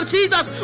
Jesus